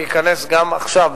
להיכנס גם עכשיו,